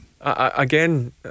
Again